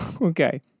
okay